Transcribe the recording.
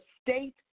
state